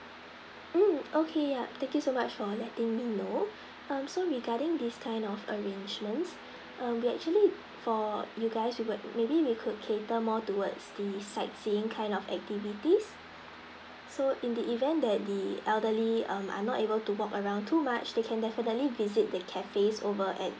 um okay yup thank you so much for letting me know mm so regarding this kind of arrangements err we actually for you guys with maybe we could cater more towards the sightseeing kind of activities so in the event that the elderly um are not able to walk around too much they can definitely visit the cafes over at